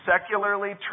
secularly